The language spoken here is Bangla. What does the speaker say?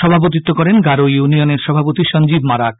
সভাপতিত্ব করেন গারো ইউনিয়নের সভাপতি সঞ্জীব মারক